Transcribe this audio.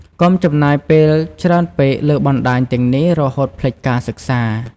កុំចំណាយពេលច្រើនពេកលើបណ្តាញទាំងនេះ រហូតភ្លេចការសិក្សា។